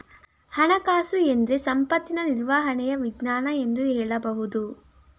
ಹಣಕಾಸುಎಂದ್ರೆ ಸಂಪತ್ತಿನ ನಿರ್ವಹಣೆಯ ವಿಜ್ಞಾನ ಎಂದು ಹೇಳಬಹುದು